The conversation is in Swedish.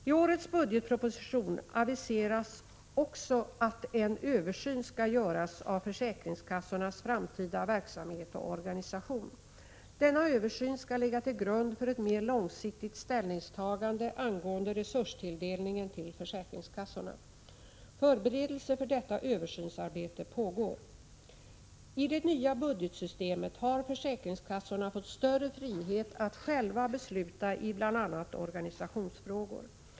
I årets budgetproposition aviseras också att en översyn skall göras av försäkringskassornas framtida verksamhet och organisation. Denna översyn skall ligga till grund för ett mer långsiktigt ställningstagande angående resurstilldelningen till försäkringskassorna. Förberedelser för detta översynsarbete pågår. I det nya budgetsystemet har försäkringskassorna fått större frihet att själva besluta i bl.a. organisationsfrågor.